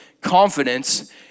confidence